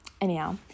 Anyhow